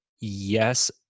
yes